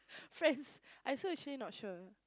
friends I also actually not sure